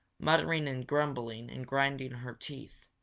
muttering and grumbling and grinding her teeth.